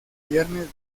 viernes